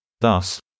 Thus